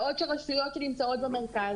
בעוד שרשויות שנמצאות במרכז,